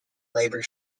labour